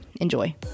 enjoy